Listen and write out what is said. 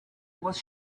was